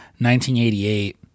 1988